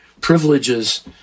privileges